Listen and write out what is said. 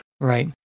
Right